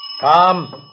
Come